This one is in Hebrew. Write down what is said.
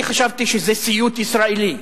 אני חשבתי שזה סיוט ישראלי,